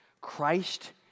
Christ